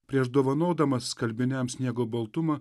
prieš dovanodamas skalbiniams sniego baltumą